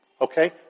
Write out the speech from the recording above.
Okay